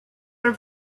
are